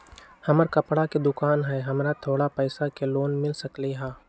हमर कपड़ा के दुकान है हमरा थोड़ा पैसा के लोन मिल सकलई ह?